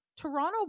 Toronto